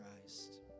Christ